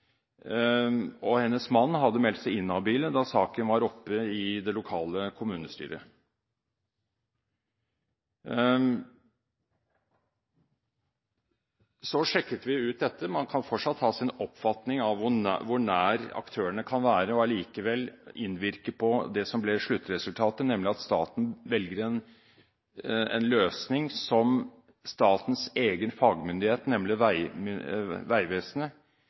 og hennes mann hadde meldt seg inhabile da saken var oppe i det lokale kommunestyret. Så sjekket vi ut dette. Man kan fortsatt ha sin oppfatning av hvor nær aktørene kan være og likevel innvirke på det som ble sluttresultatet, nemlig at staten velger en løsning som statens egen fagmyndighet, nemlig Vegvesenet,